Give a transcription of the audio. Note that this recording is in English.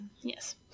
Yes